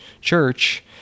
Church